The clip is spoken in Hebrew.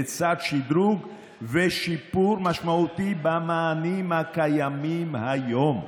לצד שדרוג ושיפור משמעותי במענים הקיימים היום.